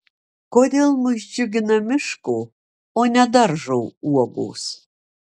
kodėl mus džiugina miško o ne daržo uogos